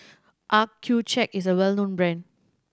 accucheck is a well known brand